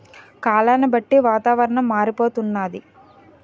కాలాన్ని బట్టి వాతావరణం మారిపోతన్నాది